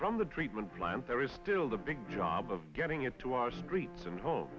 from the treatment plant there is still the big job of getting it to our streets and home